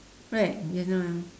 right just now